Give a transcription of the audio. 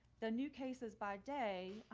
the new cases by day,